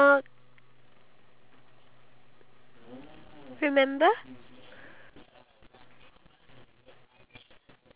ya and then for the one in batam they cut that baby banana into half and then they goreng it like they fry it